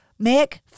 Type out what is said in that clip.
Mick